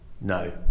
no